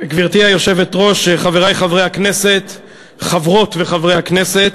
גברתי היושבת-ראש, חברות וחברי הכנסת,